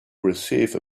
receive